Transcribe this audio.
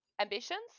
Ambitions